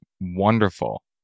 wonderful